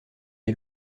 est